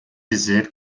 dizer